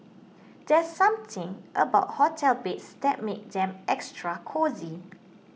there's something about hotel beds that makes them extra cosy